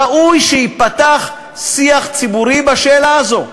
ראוי שייפתח שיח ציבורי בשאלה הזאת.